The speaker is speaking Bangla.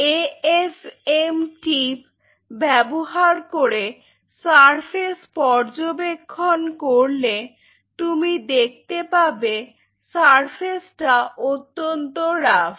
এএফএম টিপ ব্যবহার করে সারফেস পর্যবেক্ষণ করলে তুমি দেখতে পাবে সারফেস টা অত্যন্ত রাফ্